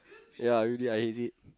ya really I hate it